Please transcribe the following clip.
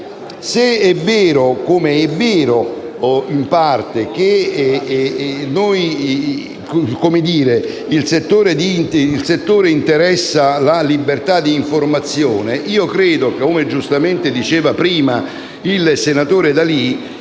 Se è vero, come è vero (o in parte), che il settore interessa la libertà di informazione, credo - come giustamente ha detto prima il senatore D'Alì